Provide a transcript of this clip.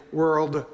world